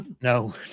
No